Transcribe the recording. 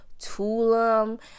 Tulum